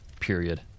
period